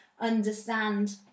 understand